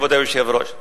כבוד היושב-ראש,